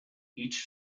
each